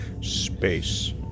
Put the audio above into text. Space